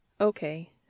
Okay